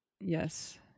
Yes